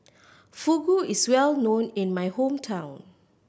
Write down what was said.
fugu is well known in my hometown